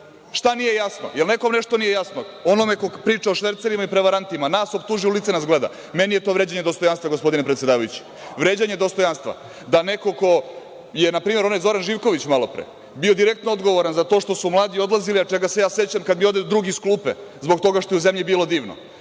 nije jasno? Da li nekom nešto nije jasno? Onome ko priča o šverceru i prevarantima, nas optužuje i u lice nas gleda. Meni je to vređanje dostojanstva, gospodine predsedavajući. Vređanje dostojanstva da neko ko, na primer, onaj gospodin Zoran Živković malo pre bio direktno odgovoran za to što su mladi odlazili, a čega se ja sećam kada mi ode drug iz klupe zbog toga što je u zemlji bilo divno.